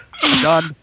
done